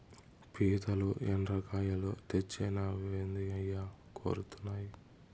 పీతలు, ఎండ్రకాయలు తెచ్చినావేంది అయ్యి కొరుకుతాయి